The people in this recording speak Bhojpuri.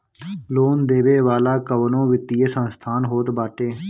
लोन देवे वाला कवनो वित्तीय संस्थान होत बाटे